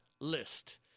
list